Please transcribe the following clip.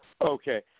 Okay